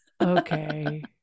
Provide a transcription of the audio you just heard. Okay